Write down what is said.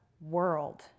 world